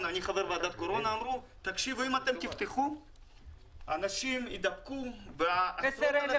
ואמרו: אם תפתחו אנשים ידבקו ויהיו 10,000